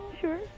Sure